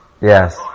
Yes